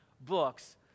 books